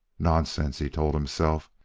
nonsense, he told himself.